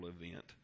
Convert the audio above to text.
event